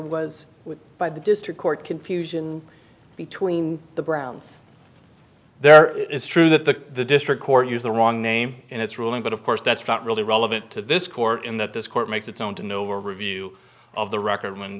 was by the district court confusion between the browns there it is true that the district court used the wrong name in its ruling but of course that's not really relevant to this court in that this court makes its own to no review of the record when